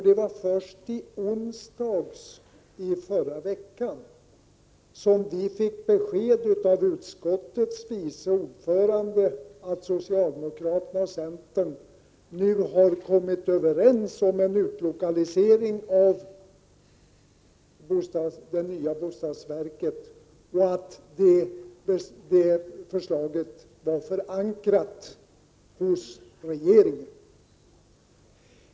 Det var först i onsdags i förra veckan som vi fick besked av utskottets vice ordförande att socialdemokraterna och centern nu har kommit överens om en utlokalisering av det nya bostadsverket och att förslaget var förankrat inom regeringen.